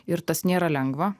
ir tas nėra lengva